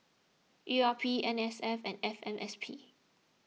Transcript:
E R P N S F and F M S P